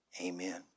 Amen